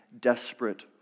desperate